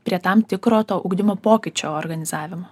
prie tam tikro to ugdymo pokyčių organizavimo